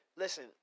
Listen